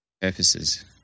purposes